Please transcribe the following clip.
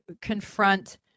confront